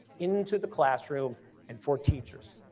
into the classroom and for teachers.